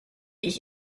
ich